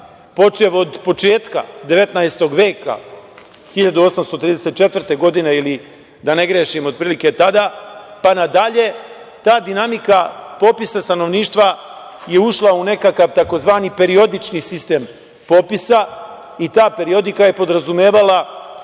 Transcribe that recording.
počev od početka 19. veka, 1834. godine ili da ne grešim, otprilike tada, pa nadalje, ta dinamika popisa stanovništva je ušla u nekakav tzv. periodični sistem popisa i ta periodika je podrazumevala